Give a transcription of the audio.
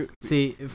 See